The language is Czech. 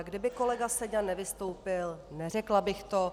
Kdyby kolega Seďa nevystoupil, neřekla bych to.